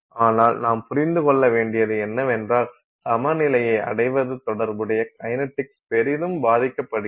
ஆனால் நாம் புரிந்து கொள்ள வேண்டியது என்னவென்றால் சமநிலையை அடைவது தொடர்புடைய கைனடிக்ஸ் பெரிதும் பாதிக்கப்படுகிறது